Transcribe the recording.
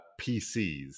PCs